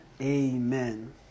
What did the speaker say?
Amen